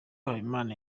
habimana